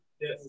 Yes